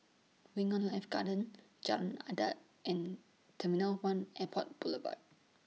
Wing on Life Garden Jalan Adat and Temilow one Airport Boulevard